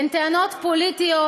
הן טענות פוליטיות,